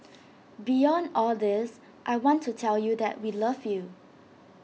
beyond all this I want to tell you that we love you